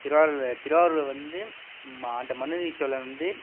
திருவாரூரில் திருவாரூரில் வந்து ஆண்ட மனுநீதி சோழன் வந்து